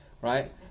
Right